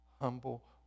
Humble